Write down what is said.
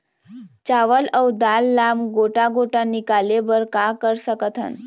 चावल अऊ दाल ला गोटा गोटा निकाले बर का कर सकथन?